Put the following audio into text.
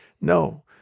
No